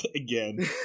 again